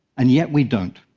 and yet we don't.